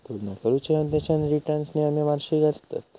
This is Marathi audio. तुलना करुच्या उद्देशान रिटर्न्स नेहमी वार्षिक आसतत